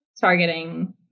targeting